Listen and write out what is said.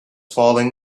falling